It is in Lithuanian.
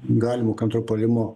galimo kontrpuolimo